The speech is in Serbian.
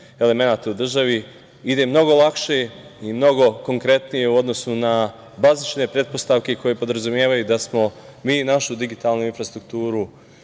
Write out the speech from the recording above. elemenata u državi ide mnogo lakše i mnogo konkretnije u odnosu na bazične pretpostavke koje podrazumevaju da smo mi našu digitalnu infrastrukturu